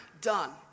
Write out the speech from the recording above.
done